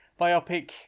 biopic